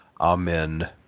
Amen